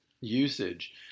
usage